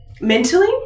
Mentally